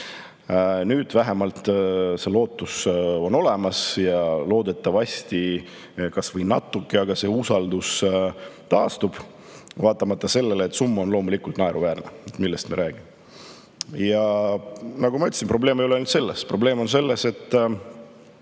Nüüd vähemalt see lootus on olemas ja loodetavasti kas või natuke see usaldus taastub, vaatamata sellele, et summa on loomulikult naeruväärne. Millest me räägime?! Nagu ma ütlesin, probleem ei ole ainult selles. Probleem on selles, et